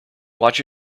watch